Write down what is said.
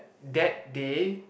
that day